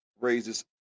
raises